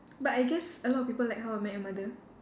but I guess a lot people like how I met your mother